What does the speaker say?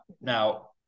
Now